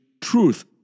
truth